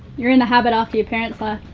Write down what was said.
you're in a habit after your parents left.